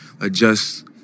adjust